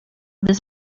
this